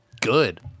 good